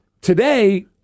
today